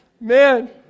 man